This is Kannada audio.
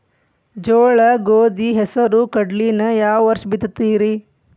ಜೋಳ, ಗೋಧಿ, ಹೆಸರು, ಕಡ್ಲಿನ ಯಾವ ವರ್ಷ ಬಿತ್ತತಿರಿ?